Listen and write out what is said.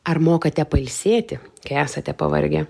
ar mokate pailsėti kai esate pavargę